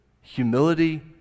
humility